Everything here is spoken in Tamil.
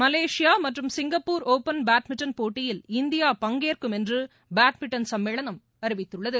மலேசியாமற்றும் சிங்கப்பூர் ஒப்பன் பேட்மின்டன் போட்டியில் இந்தியா பங்கேற்கும் என்றுபேட்மின்டன் சம்மேளனம் அறிவித்துள்ளது